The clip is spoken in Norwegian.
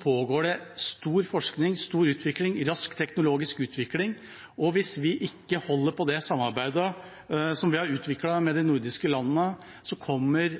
pågår det stor forskning og utvikling og rask teknologisk utvikling, og hvis vi ikke holder på det samarbeidet vi har utviklet sammen med de nordiske landene, kommer